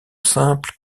simple